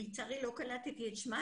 לצערי לא קלטתי את שמה